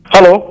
Hello